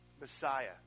Messiah